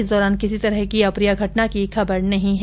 इस दौरान किसी तरह की अप्रिय घटना की खबर नही है